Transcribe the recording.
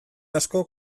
askok